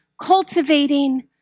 cultivating